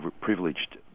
privileged